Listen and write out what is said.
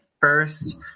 first